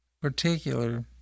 particular